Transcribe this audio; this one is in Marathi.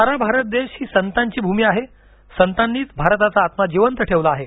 सारा भारत देश हा संतांची भूमी आहे संतांनीच भारताचा आत्मा जिवंत ठेवला आहे